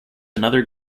another